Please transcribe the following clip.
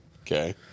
okay